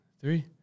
three